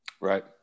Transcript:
Right